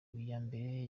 habiyambere